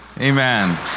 Amen